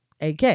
AK